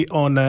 on